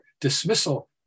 dismissal